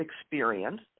experience